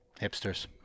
Hipsters